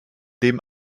dem